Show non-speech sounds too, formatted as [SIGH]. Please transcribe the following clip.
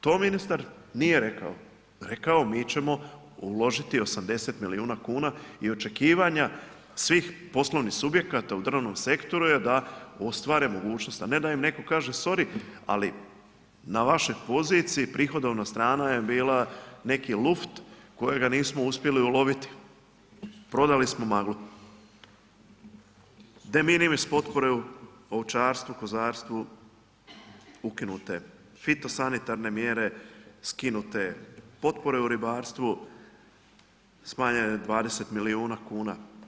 To ministar nije rekao, rekao je mi ćemo uložiti 80 milijuna kuna i očekivanja svih poslovnih subjekata u drvnom sektoru je da ostvare mogućnost a ne da im netko kaže sorry ali na vašoj poziciji prihodovna strana je bila neki luft kojega nismo uspjeli uloviti, prodali smo maglu. ... [UNINTELLIGIBLE] ovčarstvu, kozarstvu ukinute, fitosanitarne mjere skinute, potpore u ribarstvu smanjenje 20 milijuna kuna.